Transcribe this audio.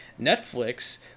Netflix